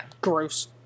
gross